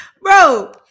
bro